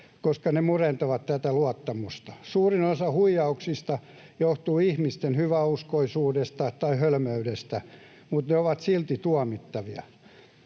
koska ne murentavat tätä luottamusta. Suurin osa huijauksista johtuu ihmisten hyväuskoisuudesta tai hölmöydestä, mutta ne ovat silti tuomittavia.